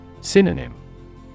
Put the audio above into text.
Synonym